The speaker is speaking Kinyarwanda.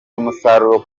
umusaruro